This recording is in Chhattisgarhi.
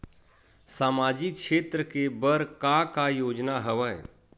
सामाजिक क्षेत्र के बर का का योजना हवय?